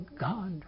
God